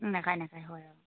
নাখায় নাখায় হয় অঁ